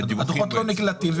הדוחות לא נקלטים.